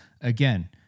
again